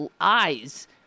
eyes